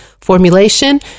formulation